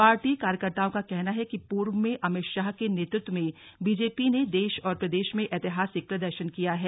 party कार्यकर्ताओं का कहना है कि पूर्व में अमित शाह के नेतृत्व में बीजेपी ने देश और प्रदेश में ऐतिहासिक प्रदर्शन किया है